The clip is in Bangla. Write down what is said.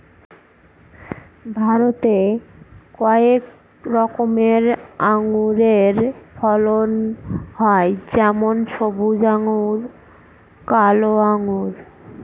ভারতে কয়েক রকমের আঙুরের ফলন হয় যেমন সবুজ আঙ্গুর, কালো আঙ্গুর